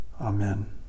Amen